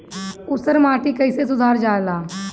ऊसर माटी कईसे सुधार जाला?